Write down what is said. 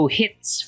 hits